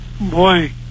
boy